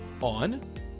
on